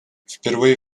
впервые